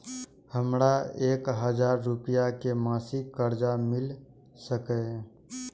हमरा एक हजार रुपया के मासिक कर्जा मिल सकैये?